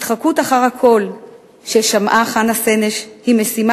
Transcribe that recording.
התחקות אחר הקול ששמעה חנה סנש היא משימה